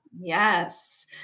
Yes